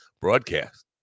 broadcast